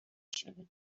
شنیدم